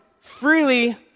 freely